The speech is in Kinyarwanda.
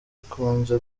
ikunze